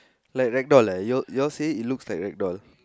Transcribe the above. like ragdoll ah you all you all say it looks like ragdoll